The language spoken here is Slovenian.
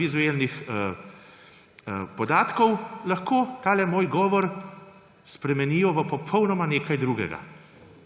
vizualnih podatkov, lahko ta moj govor spremenijo v popolnoma nekaj drugega;